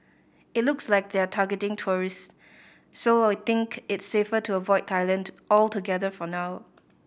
it looks like they're targeting tourists so we think it's safer to avoid Thailand altogether for now